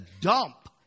dump